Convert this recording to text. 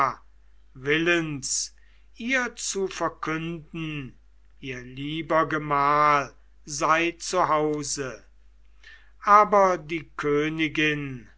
willens ihr zu verkünden ihr lieber gemahl sei zu hause aber die königin